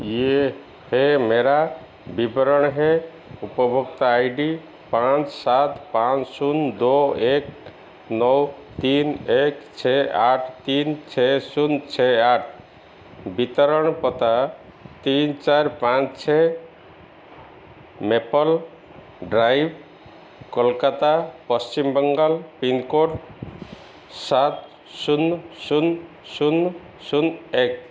यह है मेरा विवरण है उपभोक्ता आई डी पाँच सात पाँच शून्य दो एक नौ तीन एक छः आठ तीन छः शून्य छः आठ वितरण पता तीन चार पाँच छः मेपल ड्राइव कोलकाता पश्चिम बंगाल पिन कोड सात शून्य शून्य शून्य शून्य एक